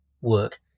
work